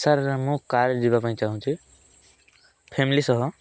sir ମୁଁ କାରରେ ଯିବା ପାଇଁ ଚାହୁଁଛି ଫ୍ୟାମିଲି ସହ